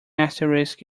asterisk